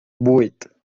vuit